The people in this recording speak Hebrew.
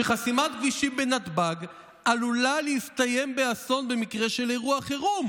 שחסימת כבישים בנתב"ג עלולה להסתיים באסון במקרה של אירוע חירום.